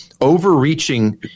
overreaching